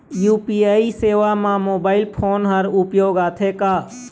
UPI सेवा म mobile phone हर उपयोग आथे का?